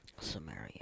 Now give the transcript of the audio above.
Samaria